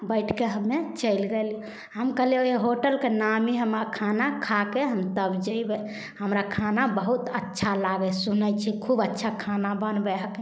बैठिके हमे चलि गेली हम कहलिए ओहि होटलके नामी हम खाना खाके हम तब जएबै हमरा खाना बहुत अच्छा लागै हइ सुनै छी खूब अच्छा खाना बनबै हइके